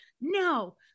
no